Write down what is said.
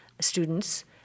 students